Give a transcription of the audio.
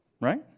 right